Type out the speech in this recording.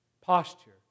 Posture